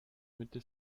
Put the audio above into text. mitte